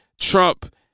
Trump